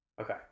okay